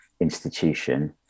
institution